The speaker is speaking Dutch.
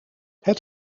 het